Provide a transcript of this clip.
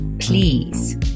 Please